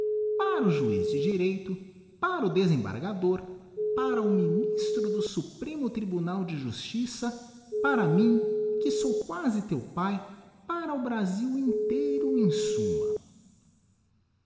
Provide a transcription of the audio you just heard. para o juiz de direito para o desembargador para ò ministro do supremo tribunal de justiça para mim que sou quasi teu pae para o brasil inteiro em summa